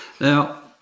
Now